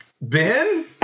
Ben